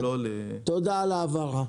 תודה על ההבהרה.